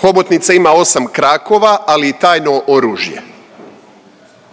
Hobotnica ima 8 krakova, ali i tajno oružje.